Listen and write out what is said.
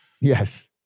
Yes